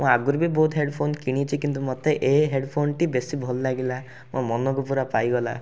ମୁଁ ଆଗରୁ ବି ବହୁତ ହେଡ଼୍ଫୋନ୍ କିଣିଛି କିନ୍ତୁ ମୋତେ ଏ ହେଡ଼୍ଫୋନ୍ଟି ବେଶୀ ଭଲ ଲାଗିଲା ମୋ ମନକୁ ପୂରା ପାଇଗଲା